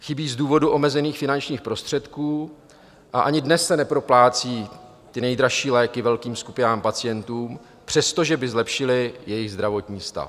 Chybí z důvodu omezených finančních prostředků a ani dnes se neproplácí ty nejdražší léky velkým skupinám pacientů, přestože by zlepšily jejich zdravotní stav.